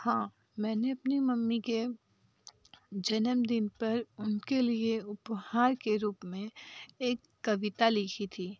हाँ मैंने अपने मम्मी के जन्मदिन पर उनके लिए उपहार के रूप में एक कविता लिखी थी